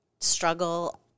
struggle